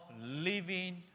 living